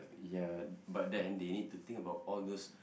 ya but then they need to think about all those